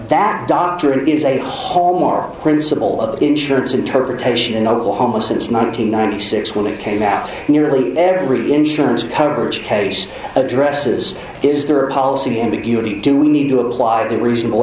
that doctor is a hallmark principle of the insurance interpretation in oklahoma since nine hundred ninety six when it came after nearly every insurance coverage case addresses is there a policy ambiguity do we need to apply the reasonable